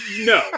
no